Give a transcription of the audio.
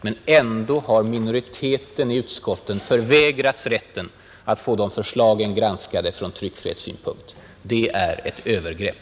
Men ändå har minoriteten i utskotten förväg rats rätten att få förslagen granskade från tryckfrihetssynpunkt. Det är ett övergrepp.